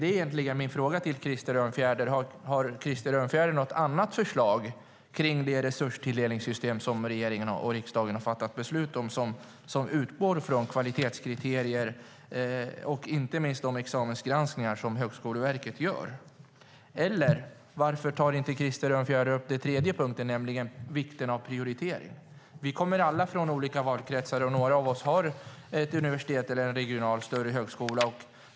Egentligen är min fråga till Krister Örnfjäder: Har Krister Örnfjäder något annat förslag kring det resurstilldelningssystem som regeringen och riksdagen har fattat beslut om som utgår från kvalitetskriterier och inte minst de examensgranskningar som Högskoleverket gör? Eller varför tar inte Krister Örnfjäder upp den tredje punkten, nämligen vikten av prioritering? Vi kommer alla från olika valkretsar. Några av oss har ett universitet eller en regional större högskola.